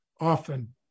often